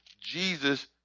Jesus